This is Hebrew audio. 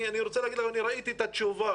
ראיתי את התשובה